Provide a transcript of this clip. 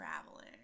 Traveling